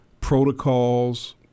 protocols